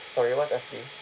sorry what's F_D